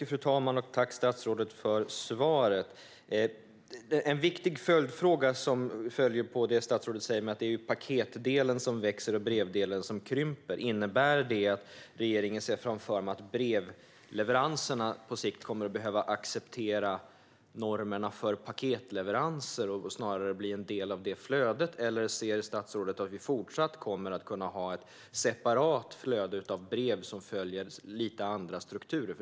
Fru talman! Tack, statsrådet, för svaret! En viktig följdfråga på det som statsrådet sa om att paketdelen växer och brevdelen krymper är om detta innebär att regeringen ser framför sig att brevleveranserna på sikt kommer att behöva acceptera normerna för paketleveranser och snarare bli en del av det flödet eller om statsrådet anser att vi fortsatt kommer att kunna ha ett separerat flöde av brev som följer lite andra strukturer.